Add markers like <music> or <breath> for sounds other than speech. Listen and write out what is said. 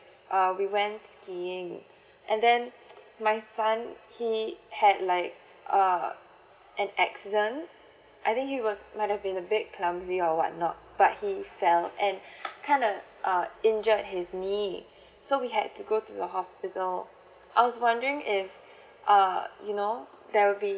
uh we went skiing and then my son he had like uh an accident I think he was might have been a bit clumsy or what not but he fell and <breath> kind of uh injured his knee <breath> so we had to go to the hospital I was wondering if uh you know there will be